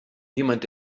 niemand